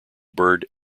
bird